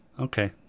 okay